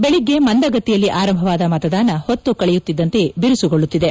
ಬೆಳಿಗ್ಗೆ ಮಂದಗತಿಯಲ್ಲಿ ಆರಂಭವಾದ ಮತದಾನ ಹೊತ್ತು ಕಳೆಯುತ್ತಿದ್ದಂತೆಯೇ ಬಿರುಸುಗೊಳ್ಳುತ್ತಿದೆ